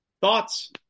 thoughts